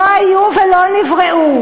שלא היו ולא נבראו.